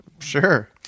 Sure